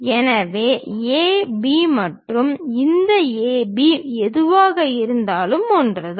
எனவே AB மற்றும் இந்த AB எதுவாக இருந்தாலும் ஒன்றுதான்